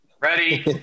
Ready